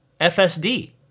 FSD